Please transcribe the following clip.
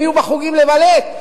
הם יהיו בחוגים לבלט,